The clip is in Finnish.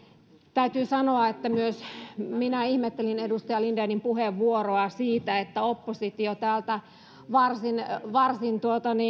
täytyy sanoa että myös minä ihmettelin edustaja lindenin puheenvuoroa siitä että oppositio täältä varsin varsin